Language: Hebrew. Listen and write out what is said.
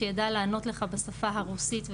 שיידע לענות לך בשפה הרוסית,